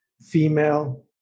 female